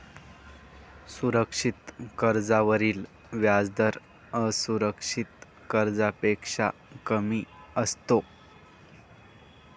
सुरक्षित कर्जावरील व्याजदर असुरक्षित कर्जापेक्षा कमी असतो